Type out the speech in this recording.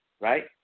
right